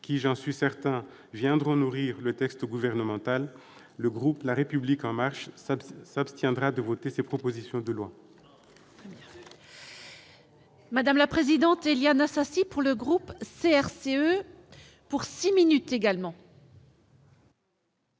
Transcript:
j'en suis certain, viendront nourrir le texte gouvernemental, le groupe La République En Marche s'abstiendra de voter ces propositions de loi.